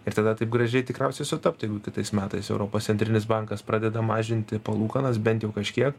ir tada taip gražiai tikriausiai sutaptų jeigu kitais metais europos centrinis bankas pradeda mažinti palūkanas bent jau kažkiek